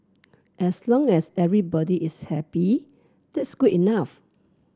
as long as everybody is happy that's good enough